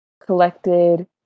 collected